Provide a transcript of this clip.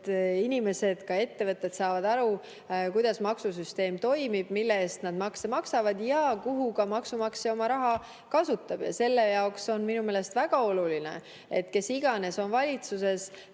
et inimesed ja ettevõtted saavad aru, kuidas maksusüsteem toimib, mille eest nad makse maksavad ja millele ka maksumaksja oma raha kasutab. Selle jaoks on minu meelest väga oluline, et see, kes iganes on valitsuses,